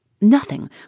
Nothing